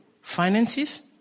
Finances